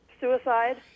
suicide